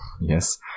yes